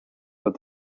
but